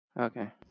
Okay